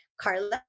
Carla